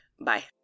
Bye